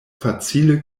facile